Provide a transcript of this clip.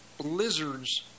blizzards